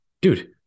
Dude